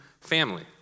family